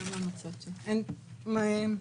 (שקף: